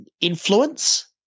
influence